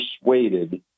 persuaded